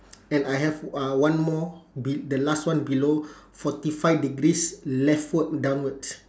and I have uh one more the last one below forty five degrees leftward downwards